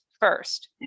first